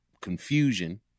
confusion